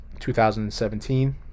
2017